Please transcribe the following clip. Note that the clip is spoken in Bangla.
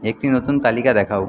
একটি নতুন তালিকা দেখাও